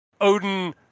Odin